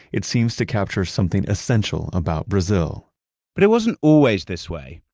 it seems to capture something essential about brazil but it wasn't always this way.